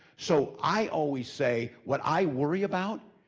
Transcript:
so i always say, what i worry about,